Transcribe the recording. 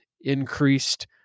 increased